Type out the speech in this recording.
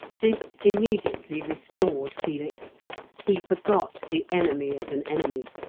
this immediately restored felix he forgot the enemy as an enemy,